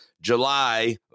July